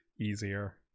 easier